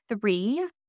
three